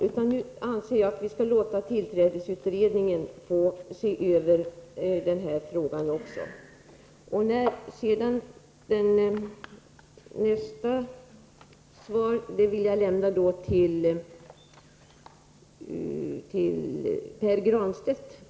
Därför anser jag att vi skall låta tillträdesutredningen se över även den här frågan. Sedan till Pär Granstedt.